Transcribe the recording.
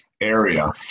area